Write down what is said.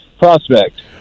prospect